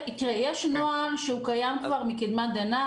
יש נוהל שכבר קיים מקדמת דנא